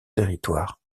territoire